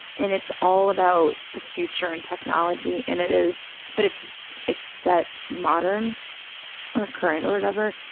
and it's all about the future and technology, and it is, but it's it's set modern or current or whatever.